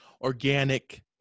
organic